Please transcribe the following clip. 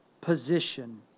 position